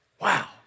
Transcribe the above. Wow